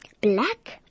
black